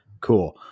Cool